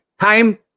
time